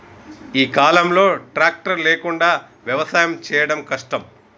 ఈ కాలం లో ట్రాక్టర్ లేకుండా వ్యవసాయం చేయడం కష్టం